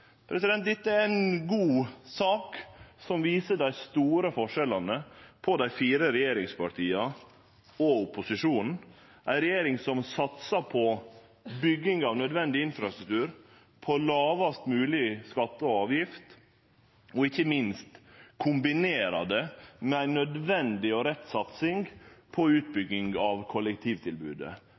Dette er ei god sak, som viser dei store forskjellane på dei fire regjeringspartia og opposisjonen. Regjeringa satsar på bygging av nødvendig infrastruktur, på lågast moglege skattar og avgifter og, ikkje minst, kombinerer det med ei nødvendig og rett satsing på utbygging av kollektivtilbodet,